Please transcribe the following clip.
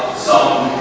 so